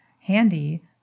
handy